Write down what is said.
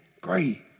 great